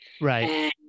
right